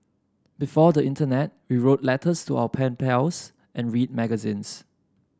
before the internet we wrote letters to our pen pals and read magazines